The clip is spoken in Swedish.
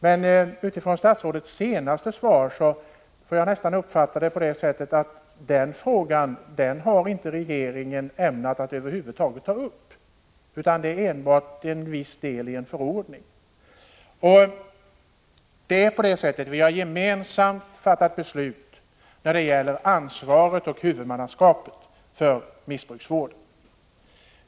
Men utifrån statsrådets senaste svar får jag nästan uppfatta det hela på det sättet att regeringen över huvud taget inte har ämnat ta upp den frågan utan endast en viss del av en förordning. Vi har gemensamt fattat beslut när det gäller ansvaret och huvudmannaskapet för missbrukarvården.